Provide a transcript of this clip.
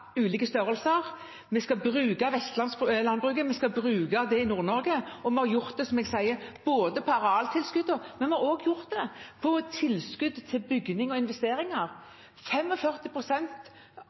ulike størrelser, vi skal bruke vestlandslandbruket, vi skal bruke Nord-Norge. Og vi har gjort det, som jeg sier, på arealtilskudd, men vi har også gjort det på tilskudd til bygninger og investeringer